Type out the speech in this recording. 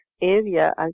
area